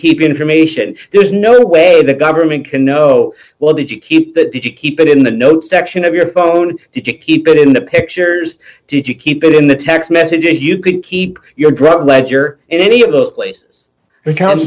keep information there's no way the government can know what did you keep that if you keep it in the notes d section of your phone did you keep it in the pictures did you keep it in the text messages you could keep your drug ledger in any of those